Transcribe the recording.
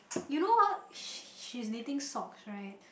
you know what sh~ she's knitting socks right